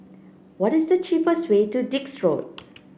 what is the cheapest way to Dix Road